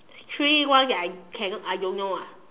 three one that I cannot I don't know ah